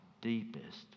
deepest